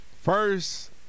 First